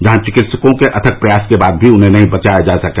जहां चिकित्सकों के अथक प्रयास के बाद भी उन्हें बचाया नहीं जा सका